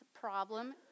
problem